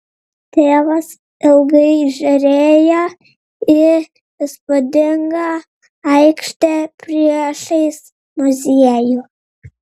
tėvas ilgai žiūrėjo į įspūdingą aikštę priešais muziejų